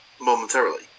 momentarily